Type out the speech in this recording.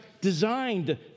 designed